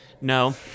No